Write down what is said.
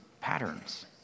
patterns